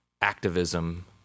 activism